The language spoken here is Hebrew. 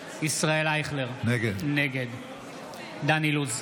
ישראל אייכלר, נגד דן אילוז,